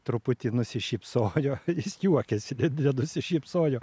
truputį nusišypsojo jis juokiasi net nenusišypsojo